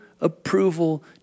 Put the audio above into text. approval